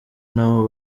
n’abo